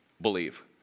believe